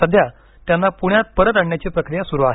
सध्या त्यांना पुण्यात परत आणण्याची प्रक्रिया सुरु आहे